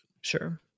Sure